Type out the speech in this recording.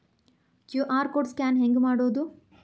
QR code scan ಹೆಂಗ್ ಮಾಡೋದು?